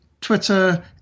Twitter